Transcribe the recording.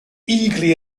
eagerly